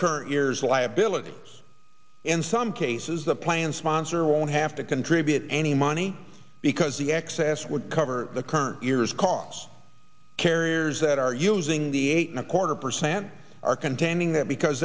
current year's liability in some cases the planned sponsor won't have to contribute any money because the excess would cover the current year's cost carriers that are using the eight and a quarter percent are contending that because